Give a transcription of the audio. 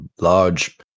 large